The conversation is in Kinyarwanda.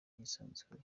yisanzuye